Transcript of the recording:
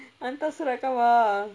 hantar surat khabar